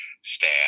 staff